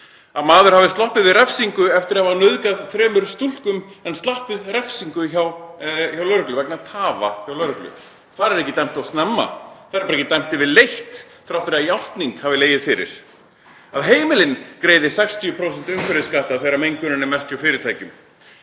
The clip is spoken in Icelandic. að maður hafi sloppið við refsingu eftir að hafa nauðgað þremur stúlkum vegna tafa hjá lögreglu. Það er ekki dæmt of snemma, það er ekki dæmt yfirleitt þrátt fyrir að játning hafi legið fyrir. Að heimilin greiði 60% umhverfisskatta þegar mengunin er mest hjá fyrirtækjum,